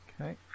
Okay